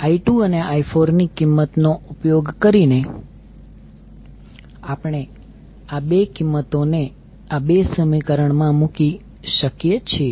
I2 અને I4 ની કિંમત નો ઉપયોગ કરીને આપણે આ 2 કિંમતોને આ 2 સમીકરણ માં મૂકી શકીએ છીએ